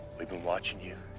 we've been watching you.